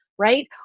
right